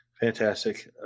Fantastic